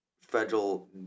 federal